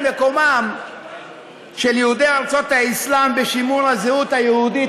מקומם של יהודי ארצות האסלאם בשימור הזהות היהודית